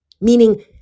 meaning